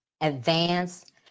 advance